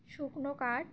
শুকনো কাঠ